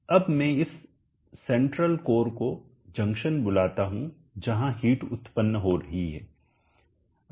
अब मैं इस सेंट्रल कोर को जंक्शन बुलाता हूं जहां हिट उत्पन्न हो रही है